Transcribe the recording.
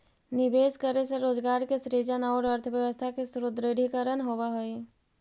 निवेश करे से रोजगार के सृजन औउर अर्थव्यवस्था के सुदृढ़ीकरण होवऽ हई